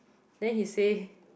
then he say